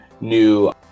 new